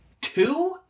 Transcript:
Two